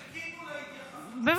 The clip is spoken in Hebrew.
חיכיתי להתייחסות שלך, בגלל זה אני פה.